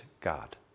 God